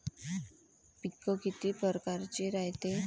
पिकं किती परकारचे रायते?